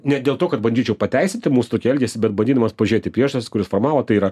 ne dėl to kad bandyčiau pateisinti mūsų tokį elgesį bet bandydamas pažiūrėti į priežastį kuri suformavo tai yra